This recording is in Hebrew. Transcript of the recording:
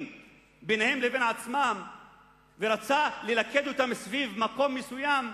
בינם לבין עצמם ורצה ללכד אותם סביב מקום מסוים,